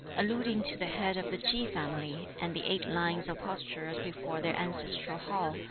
alluding to the head of the ki family, and the eight lines of posturers before their ancestral hall,